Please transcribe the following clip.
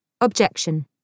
Objection